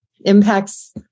impacts